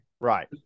Right